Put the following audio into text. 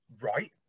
right